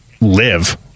live